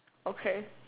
okay